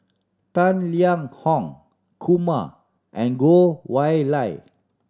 Tang Liang Hong Kumar and Goh Y Lye